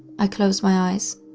i closed my eyes,